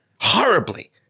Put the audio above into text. horribly